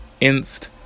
inst